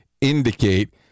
indicate